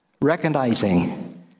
recognizing